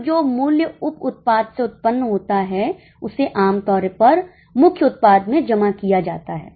अब जो मूल्य उप उत्पाद से उत्पन्न होता है उसे आम तौर पर मुख्य उत्पाद में जमा किया जाता है